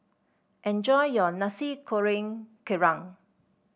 enjoy your Nasi Goreng Kerang